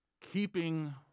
keeping